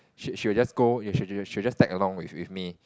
she she will just go she she will just tag along with me